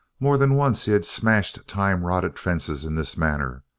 more than once he had smashed time-rotted fences in this manner,